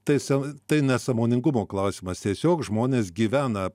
tai se tai ne sąmoningumo klausimas tiesiog žmonės gyvena